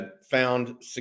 found